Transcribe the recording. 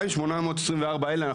ה-2,824 האלה,